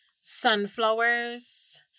sunflowers